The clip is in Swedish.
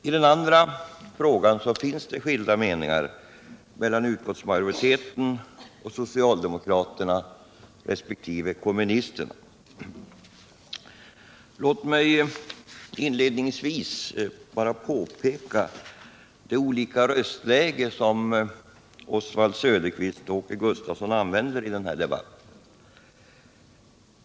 I den andra frågan finns det skilda meningar mellan utskottsmajoriteten och socialdemokraterna resp. kommunisterna. Låt mig inledningsvis bara påpeka de olika röstlägen som Oswald Söderqvist och Åke Gustavsson använder i denna debatt.